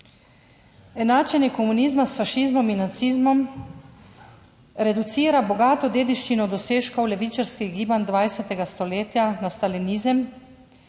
Enačenje komunizma s fašizmom in nacizmom reducira bogato dediščino dosežkov levičarskih gibanj 20. stoletja na stalinizem